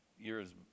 years